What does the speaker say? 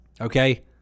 okay